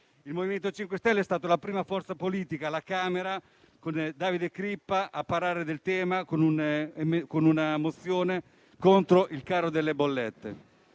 Il MoVimento 5 Stelle è stato la prima forza politica alla Camera, con Davide Crippa, a parlare del tema con una mozione contro il caro bollette,